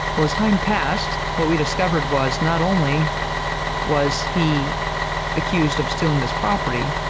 well as time passed what we discover was not only was he accused of stealing this property,